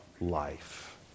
life